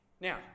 now